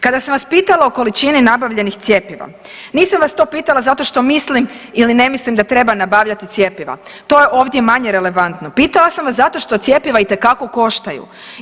Kada sam vas pitala o količini nabavljenih cjepiva nisam vas to pitala zato što mislim ili ne mislim da treba nabavljati cjepiva, to je ovdje manje relevantno, pitala sam vas zato što cjepiva itekako koštaju.